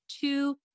two